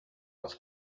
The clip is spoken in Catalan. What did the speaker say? els